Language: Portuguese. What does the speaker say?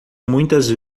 muitas